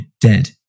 dead